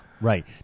Right